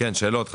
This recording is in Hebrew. זה בא